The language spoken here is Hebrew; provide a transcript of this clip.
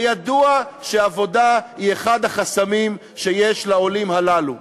וידוע שעבודה היא אחד החסמים שיש לעולים הללו.